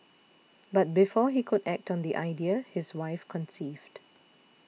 but before he could act on the idea his wife conceived